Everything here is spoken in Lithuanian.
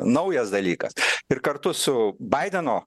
naujas dalykas ir kartu su baideno